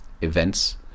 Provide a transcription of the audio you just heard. events